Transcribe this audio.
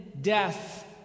death